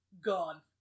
Gone